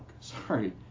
Sorry